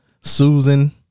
Susan